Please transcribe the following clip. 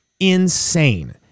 insane